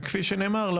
וכפי שנאמר,